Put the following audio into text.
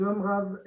שלום רב.